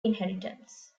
inheritance